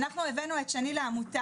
אנחנו הבאנו את שני לעמותה,